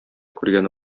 күргәне